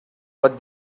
but